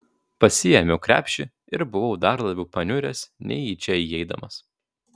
pasiėmiau krepšį ir buvau dar labiau paniuręs nei į čia įeidamas